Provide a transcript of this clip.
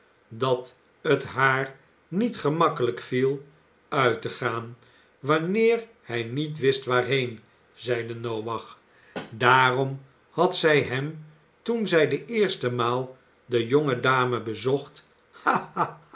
dat het haar niet gemakkelijk viel uit te gaan wanneer hij niet wist waarheen zeide noach daarom had zij hem toen zij de eerste maal de jonge dame bezocht